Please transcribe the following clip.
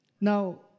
now